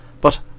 But